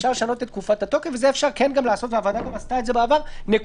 את זה אפשר לעשות והוועדה עשתה את זה גם בעבר נקודתית.